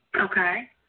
Okay